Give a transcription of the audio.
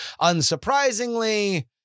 Unsurprisingly